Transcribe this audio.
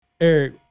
Eric